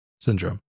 syndrome